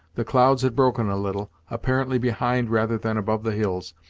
the clouds had broken a little, apparently behind rather than above the hills,